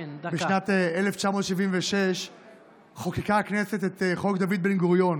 בשנת 1976 חוקקה הכנסת את חוק דוד בן-גוריון,